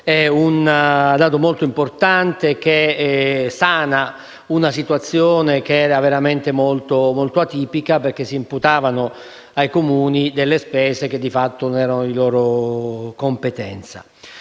un dato molto importante che sana una situazione veramente molto atipica, perché si imputavano ai Comuni spese che di fatto non erano di loro competenza.